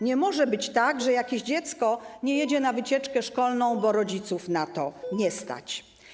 Nie może być tak, że jakieś dziecko nie jedzie na wycieczkę szkolną, bo rodziców na to nie stać.